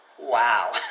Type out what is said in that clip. wow